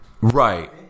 Right